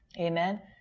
Amen